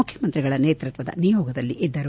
ಮುಖ್ಯಮಂತ್ರಿಗಳ ನೇತೃತ್ವದ ನಿಯೋಗದಲ್ಲಿ ಇದ್ದರು